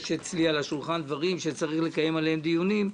יש אצלי על השולחן דברים שצריך לקיים עליהם דיונים,